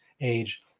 age